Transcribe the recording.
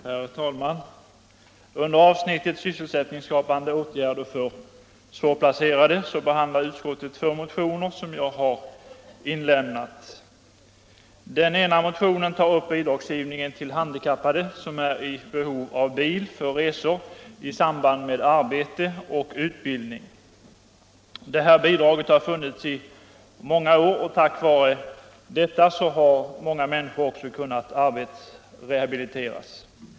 Herr talman! Under avsnittet Sysselsättningsskapande åtgärder för svårplacerade behandlar utskottet två motioner som jag inlämnat. Den ena tar upp bidragsgivningen till handikappade som är i behov av bil för resor i samband med arbete och utbildning. Det bidraget har funnits i många år, och tack vare det har många människor kunnat arbetsrehabiliteras.